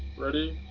ready